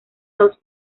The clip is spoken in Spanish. dos